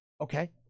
Okay